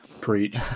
Preach